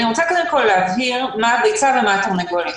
אני רוצה קודם כל להבהיר מה הביצה ומה התרנגולת.